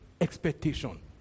Expectation